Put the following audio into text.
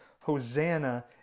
Hosanna